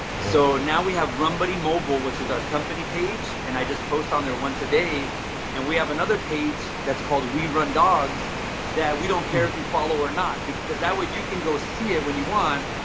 so now we have run buddy mobile, which is our company page, and i just post on there once a day and we have another page that's called werun dogs that we don't care if you follow or not, because that way you can go see it when you want.